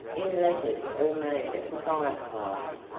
in letters all made of fire-flies,